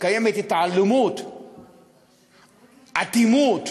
קיימת התעלמות, אטימות,